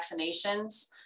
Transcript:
vaccinations